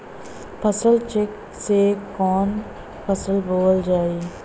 फसल चेकं से कवन फसल बोवल जाई?